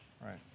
Right